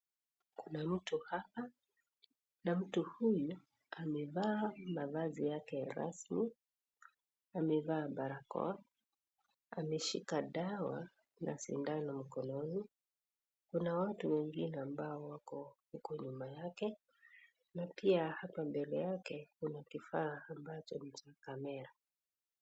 Kuna mtu hapa na mtu huyu amevaa mavazi yake rasmi. Amevaa barakoa. Ameshika dawa na sindano mkononi. Kuna watu wengine ambao wako huko nyuma yake na pia hapa mbele yake kuna kifaa ambacho ni cha kamera.